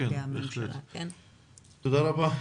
תודה רבה.